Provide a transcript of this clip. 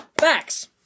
Facts